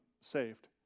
saved